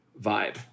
vibe